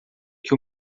que